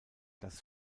das